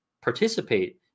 participate